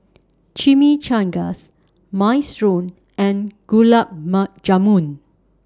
Chimichangas Minestrone and Gulab Jamun